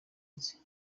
nzi